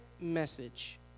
message